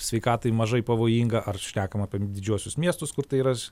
sveikatai mažai pavojinga ar šnekam apie didžiuosius miestus kur tai yra